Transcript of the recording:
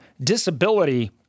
disability